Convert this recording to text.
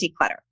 declutter